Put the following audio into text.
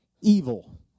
evil